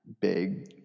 big